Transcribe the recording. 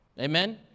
Amen